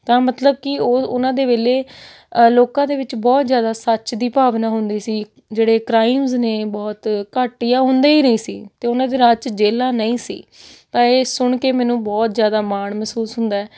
ਤਾਂ ਮਤਲਬ ਕਿ ਉਹ ਉਹਨਾਂ ਦੇ ਵੇਲੇ ਲੋਕਾਂ ਦੇ ਵਿੱਚ ਬਹੁਤ ਜ਼ਿਆਦਾ ਸੱਚ ਦੀ ਭਾਵਨਾ ਹੁੰਦੀ ਸੀ ਜਿਹੜੇ ਕ੍ਰਾਈਮਸ ਨੇ ਬਹੁਤ ਘੱਟ ਜਾਂ ਹੁੰਦੇ ਹੀ ਨਹੀਂ ਸੀ ਅਤੇ ਉਹਨਾਂ ਦੇ ਰਾਜ 'ਚ ਜੇਲਾਂ ਨਹੀਂ ਸੀ ਤਾਂ ਇਹ ਸੁਣ ਕੇ ਮੈਨੂੰ ਬਹੁਤ ਜ਼ਿਆਦਾ ਮਾਣ ਮਹਿਸੂਸ ਹੁੰਦਾ